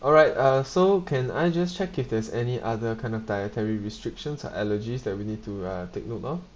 alright uh so can I just check if there's any other kind of dietary restrictions or allergies that we need to uh take note of